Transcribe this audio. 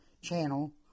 channel